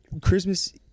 Christmas